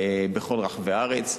בכל רחבי הארץ,